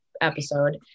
episode